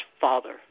father